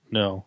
no